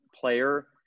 player